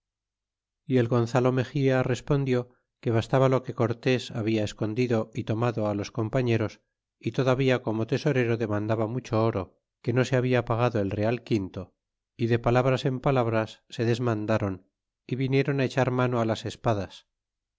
y el gonzalo mexia respondió que bastaba lo que cortés habla escondido y tomado á los compañeros y todavía como tesorero demandaba mucho oro que no se habla pagado el real quinto y de palabras en palabras se desmndaron y vinieron echar mano las espadas